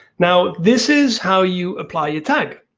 now this is how you apply your tag.